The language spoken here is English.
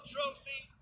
Trophy